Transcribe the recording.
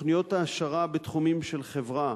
תוכניות העשרה בתחומים של חברה,